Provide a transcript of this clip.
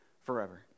forever